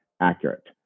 accurate